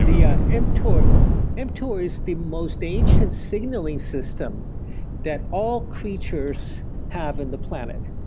yeah. mtor and tour is the most ancient signaling system that all creatures have in the planet.